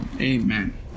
Amen